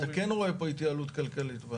אתה כן רואה התייעלות כלכלית.